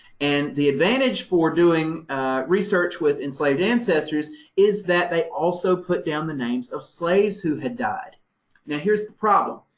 and the advantage for doing research with enslaved ancestors is that they also put down the names of slaves who had died. now here's the problem.